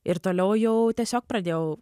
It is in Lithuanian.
ir toliau jau tiesiog pradėjau